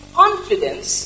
confidence